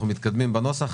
אנחנו מתקדמים בנוסח.